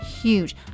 huge